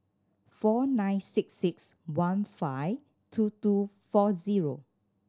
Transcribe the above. four nine six six one five two two four zero